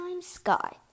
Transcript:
sky